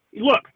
look